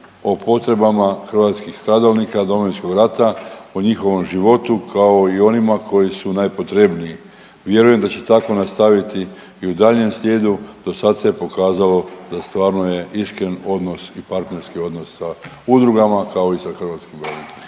o potrebama hrvatskih stradalnika Domovinskog rata, o njihovom životu, kao i onima koji su najpotrebniji. Vjerujem da će tako nastaviti i u daljnjem slijedu, do sad se je pokazalo da stvarno je iskren odnos i partnerski odnos sa udrugama, kao i sa hrvatskim braniteljima.